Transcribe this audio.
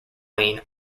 wayne